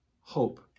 hope